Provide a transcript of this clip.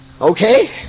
Okay